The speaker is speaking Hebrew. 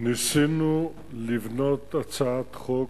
ניסינו לבנות הצעת חוק.